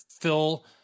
fill